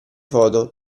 foto